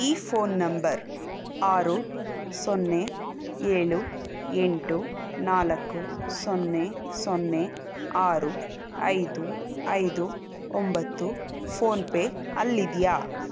ಈ phone number ಆರು ಸೊನ್ನೆ ಏಳು ಎಂಟು ನಾಲ್ಕು ಸೊನ್ನೆ ಸೊನ್ನೆ ಆರು ಐದು ಐದು ಒಂಬತ್ತು ಫೋನ್ಪೇ ಅಲ್ಲಿದೆಯಾ